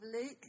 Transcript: Luke